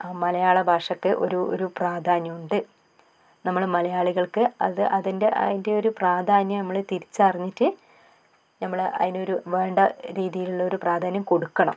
ആ മലയാള ഭാഷക്ക് ഒരു ഒരു പ്രാധാന്യമുണ്ട് നമ്മൾ മലയാളികൾക്ക് അത് അതിൻ്റെ അതിൻ്റെ ഒരു പ്രാധാന്യം നമ്മൾ തിരിച്ചറിഞ്ഞിട്ട് ഞമ്മൾ അതിനൊരു വേണ്ട രീതിയിലുള്ള ഒരു പ്രാധാന്യം കൊടുക്കണം